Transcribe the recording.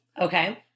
Okay